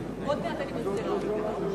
הלאומי (תיקון מס' 83, הוראת שעה)